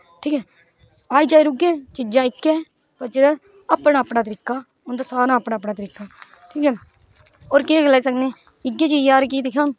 आई जाई उऐ चीजां इक्कै पर जेहड़ा अपना अपना तरीका उन्दे सारे दा अपना अपना तरीका ठीक ऐ और केह् गलाई सकनी इयै चीज यार कि दिक्खया